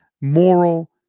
moral